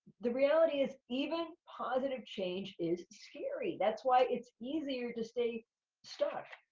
the reality is, even positive change is scary. that's why it's easier to stay stuck,